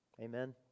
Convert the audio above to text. Amen